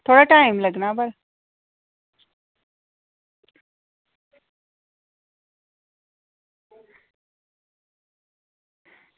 थोह्ड़ा टाईम लग्गना बस